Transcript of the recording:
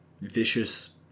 vicious